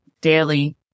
daily